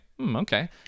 Okay